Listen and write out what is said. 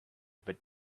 but